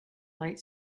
light